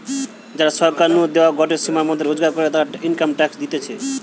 যারা সরকার নু দেওয়া গটে সীমার মধ্যে রোজগার করে, তারা ইনকাম ট্যাক্স দিতেছে